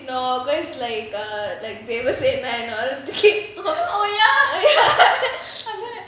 august like uh like Devasena